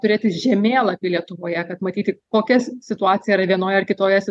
turėti žemėlapį lietuvoje kad matyti kokias situacija yra vienoje ar kitoje